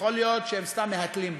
יכול להיות שהם סתם מהתלים בנו,